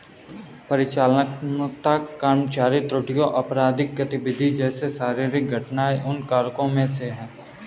परिचालनात्मक कर्मचारी त्रुटियां, आपराधिक गतिविधि जैसे शारीरिक घटनाएं उन कारकों में से है